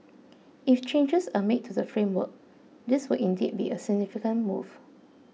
if changes are made to the framework this would indeed be a significant move